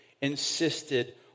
insisted